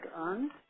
earned